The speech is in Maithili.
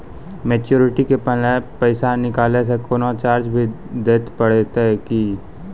मैच्योरिटी के पहले पैसा निकालै से कोनो चार्ज भी देत परतै की?